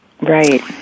Right